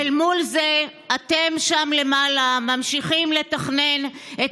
ואל מול זה אתם שם למעלה ממשיכים לתכנן את